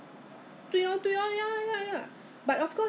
I mean if I really miss the Taiwan 的东西小吃